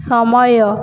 ସମୟ